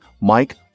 Mike